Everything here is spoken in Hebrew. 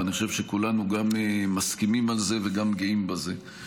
ואני חושב שכולנו גם מסכימים על זה וגם גאים בזה.